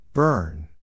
Burn